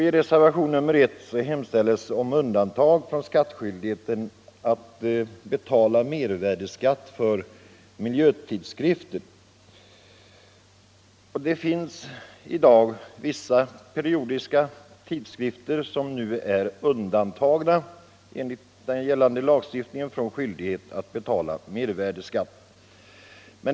I reservationen 1 hemställs om undantag från mervärdeskatten för miljötidskrifter. Enligt gällande lagstiftning är vissa tidskrifter undantagna från skyldighet att betala mervärdeskatt.